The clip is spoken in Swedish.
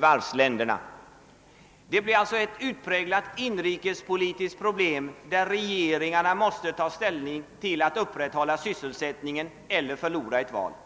varvsländer. Det blir ett utpräglat inrikespolitiskt problem, där regeringen måste ta ställning till att antingen upprätthålla sysselsättningen eller förlora valet.